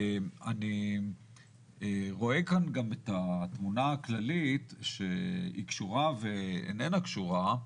אני רואה כאן גם את התמונה הכללית שהיא קשורה ואיננה קשורה,